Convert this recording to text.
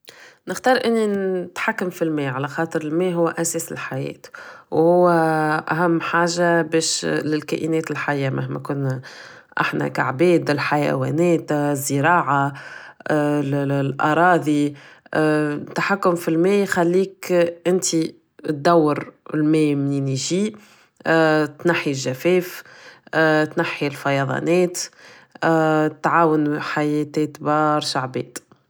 نختار اني نتحكم فالماء علخاطر الماء هو اساس الحياة و هو اهم حاجة باش الكائنات الحية مهما كنا احنا كعباد الحيوانات الزراعة الاراضي تحكم فالماء يخليك انتي دوور الماء منين يجي تنحي الجفاف تنحي الفياضانات تعاون حياة برشا عباد